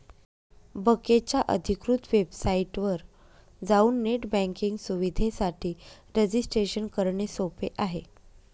बकेच्या अधिकृत वेबसाइटवर जाऊन नेट बँकिंग सुविधेसाठी रजिस्ट्रेशन करणे सोपे आहे